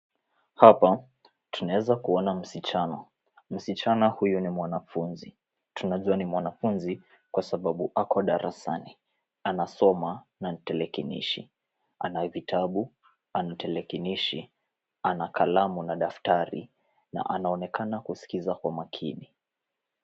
Hapa tunaweza kuona msichana. Msichana huyu ni mwanafunzi. Tunajua ni mwanafunzi kwa sababu ako darasani anasoma na tarakilishi. Ana vitabu, ana tarakilishi, ana kalamu na daftari. Na anaonekana kusikiza kwa umakini.